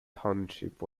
township